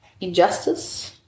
injustice